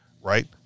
Right